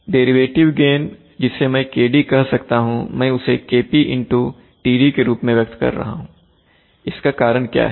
derivative gain जिसे मैं KD कह सकता हूं मैं उसे के KP TD रूप में व्यक्त कर रहा हूं इसका कारण क्या है